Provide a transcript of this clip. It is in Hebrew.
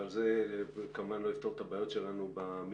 אבל זה כמובן לא יפתור את הבעיות שלנו במידי.